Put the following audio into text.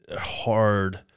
hard